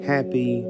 Happy